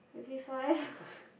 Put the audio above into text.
maybe five